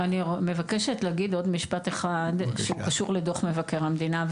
אני מבקשת להגיד עוד משפט אחד שקשור לדוח מבקר המדינה,